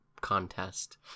contest